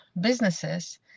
businesses